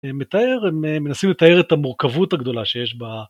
הם מתאר, הם מנסים לתאר את המורכבות הגדולה שיש בה.